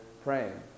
praying